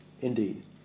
Indeed